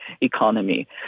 economy